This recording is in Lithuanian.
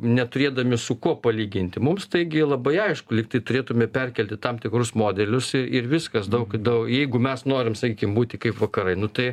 neturėdami su kuo palyginti mums taigi labai aišku lyg tai turėtume perkelti tam tikrus modelius ir ir viskas daug jeigu mes norim sakykim būti kaip vakarai nu tai